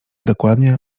dokładnie